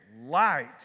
light